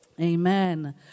amen